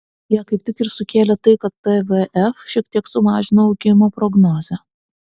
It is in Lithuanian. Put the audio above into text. ją kaip tik ir sukėlė tai kad tvf šiek tiek sumažino augimo prognozę